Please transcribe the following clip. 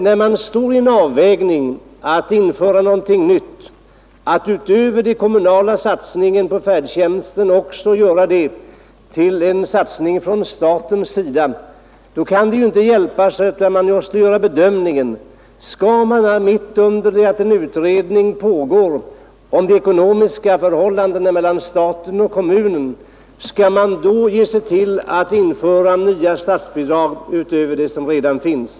När man nu står inför att genomföra något nytt, nämligen att till den kommunala satsningen på färdtjänsten lägga en statlig satsning, måste man emellertid också ta ställning till om man samtidigt som det pågår en utredning om de ekonomiska förhållandena mellan staten och kommunerna skall införa några nya statsbidrag utöver dem som redan finns.